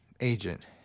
agent